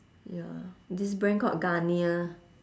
ya this brand called garnier